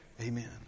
Amen